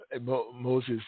Moses